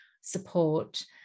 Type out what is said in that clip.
support